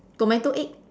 tomato egg